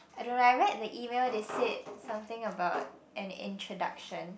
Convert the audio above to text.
I don't like I read the email they say something about an introduction